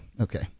Okay